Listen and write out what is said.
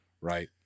Right